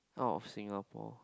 out of Singapore